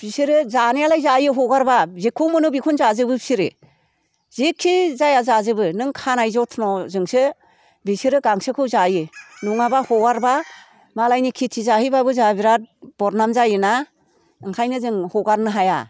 बिसोरो जानायालाय जायो हगारब्ला जेखौ मोनो बेखौनो जाजोबो बिसोरो जिखि जाया जाजोबो नों खानाय जथन'जोंसो बिसोरो गांसोखौ जायो नङाब्ला हगारब्ला मालायनि खिथि जाहैब्लाबो जाहा बिराद बदनाम जायोना ओंखायनो जों हगारनो हाया